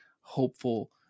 hopeful